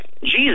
Jesus